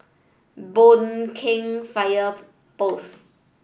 Boon Keng Fire Post